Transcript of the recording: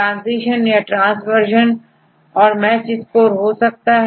transition या transversion और match score हो सकता है